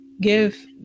give